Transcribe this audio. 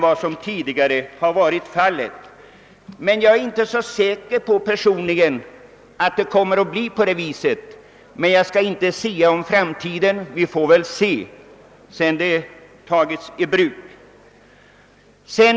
Personligen är jag dock inte så säker på att så kommer att bli fallet, men jag skall inte försöka att sia om framtiden. Vi får vänta och se.